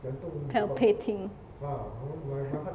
palpating